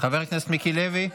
חבר הכנסת מיקי לוי,